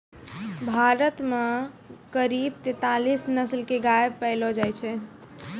भारत मॅ करीब तेतालीस नस्ल के गाय पैलो जाय छै